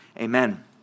amen